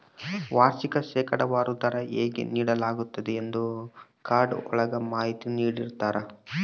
ವಾರ್ಷಿಕ ಶೇಕಡಾವಾರು ದರ ಹೇಗೆ ನೀಡಲಾಗ್ತತೆ ಎಂದೇ ಕಾರ್ಡ್ ಒಳಗ ಮಾಹಿತಿ ನೀಡಿರ್ತರ